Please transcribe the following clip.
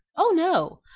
oh, no.